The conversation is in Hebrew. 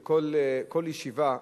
וכל ישיבה,